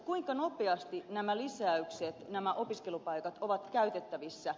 kuinka nopeasti nämä lisäykset nämä opiskelupaikat ovat käytettävissä